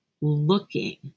looking